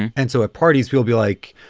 and so at parties, we'll be like,